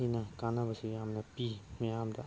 ꯍꯦꯟꯅ ꯀꯥꯟꯅꯕꯁꯤ ꯌꯥꯝꯅ ꯄꯤ ꯃꯌꯥꯝꯗ